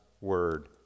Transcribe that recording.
Word